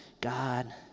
God